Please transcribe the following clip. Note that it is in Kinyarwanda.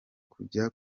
kujya